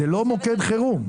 זה לא מוקד חירום.